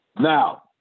Now